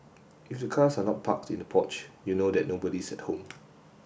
if the cars are not parked in the porch you know that nobody's at home